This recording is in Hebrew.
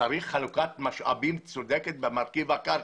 צריך חלוקת משאבים צודקת במרכיב הקרקע.